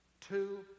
two